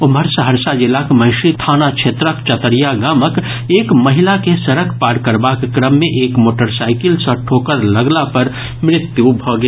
ओम्हर सहरसा जिलाक महिषी थाना क्षेत्रक चतरिया गामक एक महिला के सड़क पार करबाक क्रम मे एक मोटरसाइकिल सँ ठोकर लगला पर मृत्यु भऽ गेल